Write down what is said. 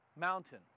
mountain